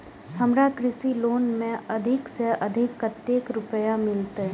हमरा कृषि लोन में अधिक से अधिक कतेक रुपया मिलते?